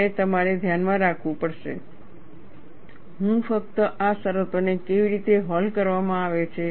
અને તમારે ધ્યાનમાં રાખવું પડશે હું ફક્ત આ શરતોને કેવી રીતે હૉલ કરવામાં આવે છે